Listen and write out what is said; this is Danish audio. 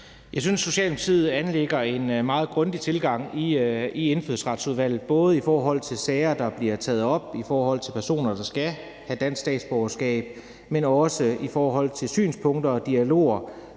Jeg synes, at Socialdemokratiet har en meget grundig tilgang i Indfødsretsudvalget, både i forhold til sager, der bliver taget op, i forhold til personer, der skal have dansk statsborgerskab, men også i forhold til synspunkter og dialoger